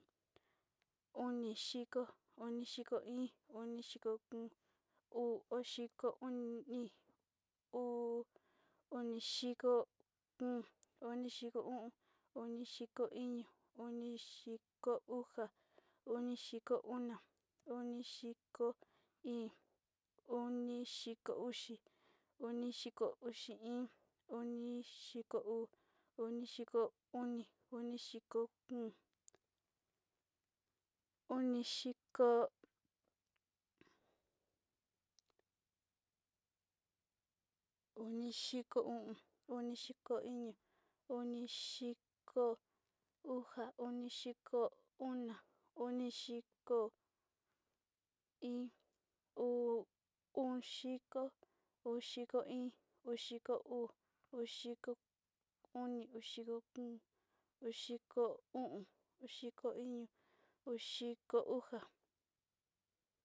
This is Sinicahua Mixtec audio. Uni xiko, uni xiko in, uni xiko uu, uni xiko uni, uni xiko kun, uni xiko u’om, uni xiko iñu, uni xiko uja, uni xiko una, uni xiko in, uni xiko uxi, uni xiko uxi in, uni xiko uxi uu, uni xiko uxi uni, uni xiko uxi kun, uni xiko xa’aun, uni xiko xa’aun in, uni xiko xa’aun uu, uni xiko xa’aun uni, uni xiko xa’aun kun.